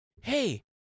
hey